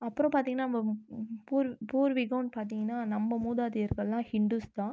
அப்பறோம் பார்த்திங்கனா நம்ம பூர் பூர்வீகனு பார்த்திங்கனா நம்ம மூதாதியர்கள்லாம் ஹின்டுஸ் தான்